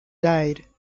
died